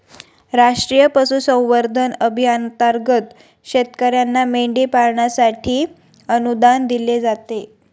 राष्ट्रीय पशुसंवर्धन अभियानांतर्गत शेतकर्यांना मेंढी पालनासाठी अनुदान दिले जाते